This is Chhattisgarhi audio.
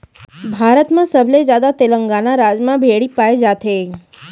भारत म सबले जादा तेलंगाना राज म भेड़ी पाए जाथे